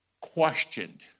questioned